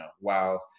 wow